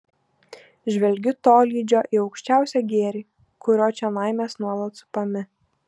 žvelgiu tolydžio į aukščiausią gėrį kurio čionai mes nuolat supami